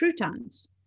croutons